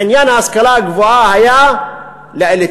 עניין ההשכלה הגבוהה היה לאליטיסטים,